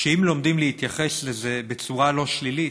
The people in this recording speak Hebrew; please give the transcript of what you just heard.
ואם לומדים להתייחס לזה בצורה לא שלילית,